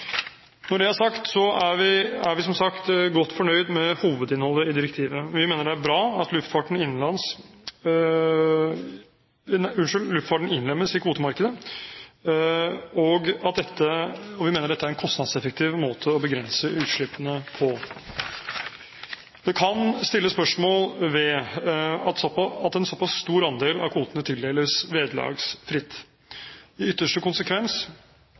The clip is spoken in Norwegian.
Når det er sagt, er vi som sagt godt fornøyde med hovedinnholdet i direktivet. Vi mener det er bra at luftfarten innlemmes i kvotemarkedet, og vi mener dette er en kostnadseffektiv måte å begrense utslippene på. Det kan stilles spørsmål ved at en såpass stor andel av kvotene tildeles vederlagsfritt. I ytterste konsekvens